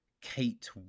Kate